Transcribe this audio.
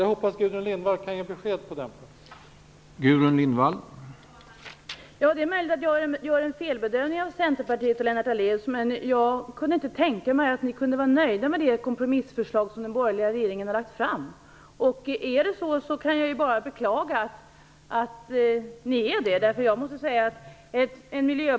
Jag hoppas att Gudrun Lindvall kan ge besked på den punkten.